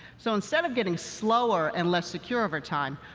so instead of getting slower and less secure over time,